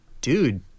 dude